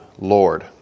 Lord